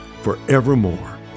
forevermore